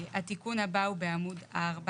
התיקון הבא הוא בעמוד 4,